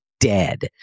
dead